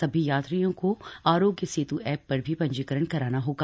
सभी यात्रियों को आरोग्य सेत् ऐप पर भी पंजीकरण कराना होगा